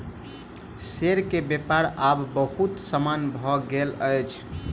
share के व्यापार आब बहुत सामान्य भ गेल अछि